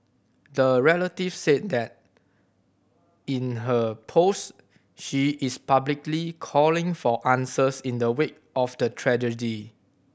the relative said that in her post she is publicly calling for answers in the wake of the tragedy